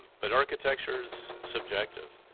but architecture is subjective.